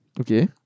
Okay